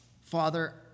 Father